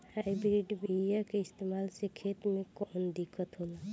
Hybrid बीया के इस्तेमाल से खेत में कौन दिकत होलाऽ?